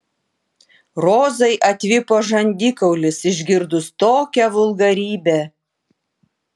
rozai atvipo žandikaulis išgirdus tokią vulgarybę